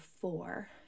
four